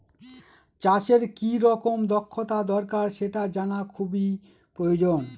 চাষের কি রকম দক্ষতা দরকার সেটা জানা খুবই প্রয়োজন